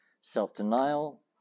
self-denial